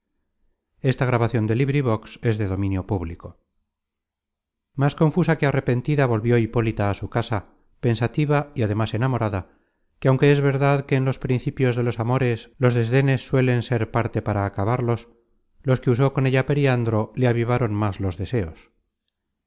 ermitas más confusa que arrepentida volvió hipólita á su casa pensativa y ademas enamorada que aunque es verdad que en los principios de los amores los desdenes suelen ser parte para acabarlos los que usó con ella periandro le avivaron más los deseos